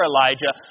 Elijah